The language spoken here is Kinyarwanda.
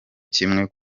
kimwe